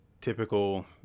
typical